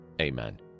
Amen